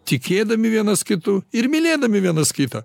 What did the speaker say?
tikėdami vienas kitu ir mylėdami vienas kitą